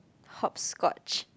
hopscotch